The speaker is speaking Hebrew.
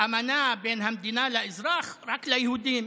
אמנה בין המדינה לאזרח רק ליהודים: